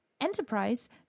enterprise